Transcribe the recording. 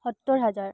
সত্তৰ হাজাৰ